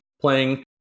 playing